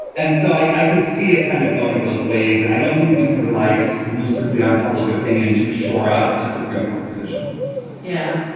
and so i could see it kind of going both ways. and i don't think we can rely exclusively on public opinion to shore up a supreme court decision yeah,